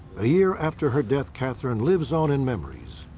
a year after her death, katherine lives on in memories.